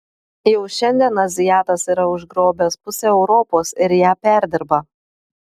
jau šiandien azijatas yra užgrobęs pusę europos ir ją perdirba